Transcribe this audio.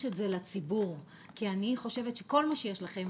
את זה לציבור כי אני חושבת שכל מה שיש לכם,